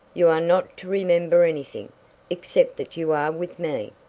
you are not to remember anything except that you are with me!